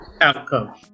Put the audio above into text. outcome